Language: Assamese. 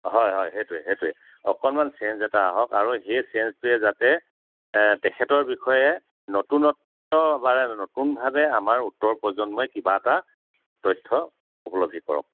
হয় হয় সেইটোৱে সেইটোৱে অকণমান চেঞ্জ এটা আহক আৰু সেই চেঞ্জটোৱে যাতে তেখেতৰ বিষয়ে নতুনত্ব বাৰে নতুনভাৱে আমাৰ উত্তৰ প্ৰজন্মই কিবা এটা তথ্য উপলব্ধি কৰক